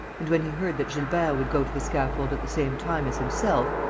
and, when he heard that gilbert would go to the scaffold at the same time as himself,